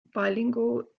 bilingual